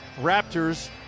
Raptors